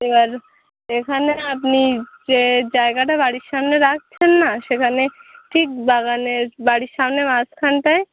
এবার এখানে আপনি যে জায়গাটা বাড়ির সামনে রাখছেন না সেখানে ঠিক বাগানে বাড়ির সামনে মাঝখানটায়